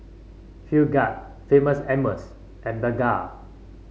Film Grade Famous Amos and Bengay